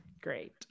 great